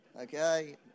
okay